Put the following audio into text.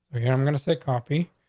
okay, i'm gonna say coffee,